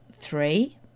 three